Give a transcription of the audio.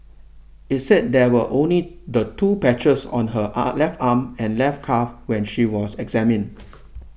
it said there were only the two patches on her ah left arm and left calf when she was examined